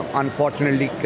unfortunately